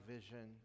Vision